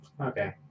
Okay